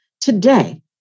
Today